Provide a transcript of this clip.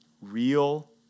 Real